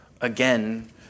again